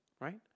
right